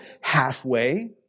halfway